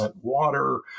water